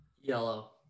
Yellow